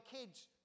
kids